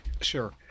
Sure